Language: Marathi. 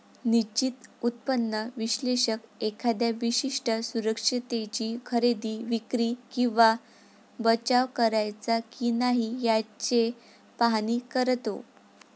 निश्चित उत्पन्न विश्लेषक एखाद्या विशिष्ट सुरक्षिततेची खरेदी, विक्री किंवा बचाव करायचा की नाही याचे पाहणी करतो